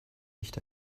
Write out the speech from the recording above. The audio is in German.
nicht